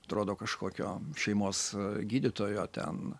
atrodo kažkokio šeimos gydytojo ten